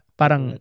parang